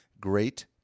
Great